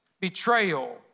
betrayal